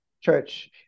church